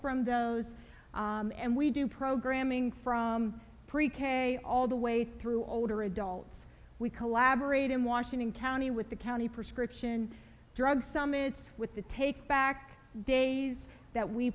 from those and we do programming from pre k all the way through older adults we collaborate in washington county with the county prescription drug summits with the take back days that we